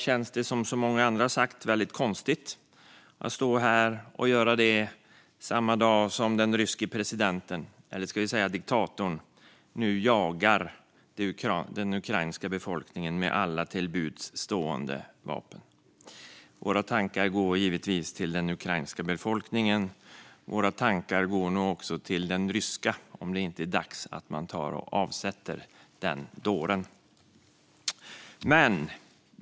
Men som så många andra har sagt i dag känns det konstigt att stå här och debattera samtidigt som den ryske presidenten, eller om vi ska säga diktatorn, jagar den ukrainska befolkningen med alla till buds stående vapen. Våra tankar går givetvis till den ukrainska befolkningen. Våra tankar går nog också till den ryska befolkningen - är det inte dags att ta och avsätta den dåren?